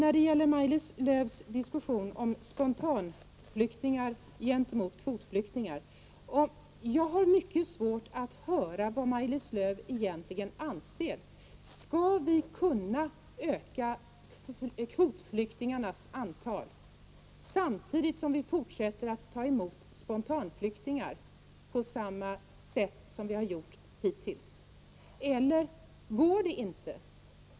I fråga om Maj-Lis Lööws diskussion om spontanflyktingar och kvotflyktingar har jag svårt att förstå vad Maj-Lis Lööw egentligen anser. Skall vi öka kvotflyktingarnas antal samtidigt som vi fortsätter att ta emot spontanflyktingar på samma sätt som vi har gjort hittills? Eller går detta inte?